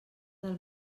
del